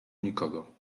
nikogo